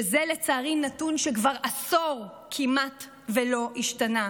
שזה לצערי נתון שכבר עשור כמעט ולא השתנה.